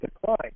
decline